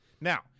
Now